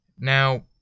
Now